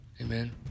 amen